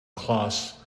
klaus